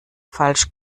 falsch